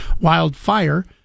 Wildfire